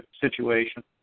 situation